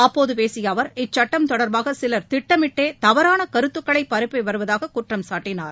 அப்போது பேசிய அவர் இச்சட்டம் தொடர்பாக சிலர் திட்டமிட்டே தவறான கருத்துக்களை பரப்பி வருவதாக குற்றம்சாட்டினார்